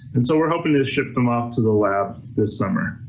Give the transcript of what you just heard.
and so we're hoping to ship them off to the lab this summer.